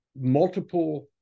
Multiple